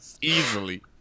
easily